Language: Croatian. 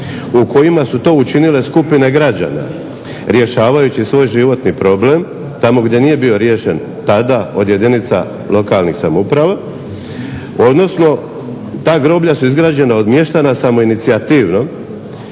u kojima su to učinile skupine građana rješavajući svoj životni problem tamo gdje nije bio riješen tada od jedinica lokalnih samouprava, odnosno ta groblja su izgrađena od mještana samoinicijativno,